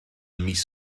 mis